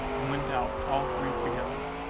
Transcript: and went out all three together.